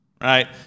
right